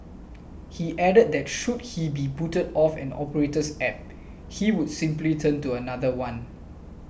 he added that should he be booted off an operator's App he would simply turn to another one